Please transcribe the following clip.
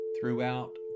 throughout